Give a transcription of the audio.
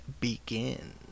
begins